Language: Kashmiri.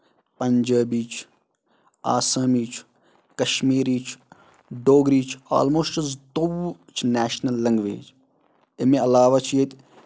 پنجٲبی چھ آسٲمی چھ کَشمیٖری چھُ ڈوگری چھُ آلموسٹ چھُ زٕ تووُہ چھِ نیشنل لیگویجِز اَمہِ علاوہ چھِ ییٚتہِ